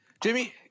Jimmy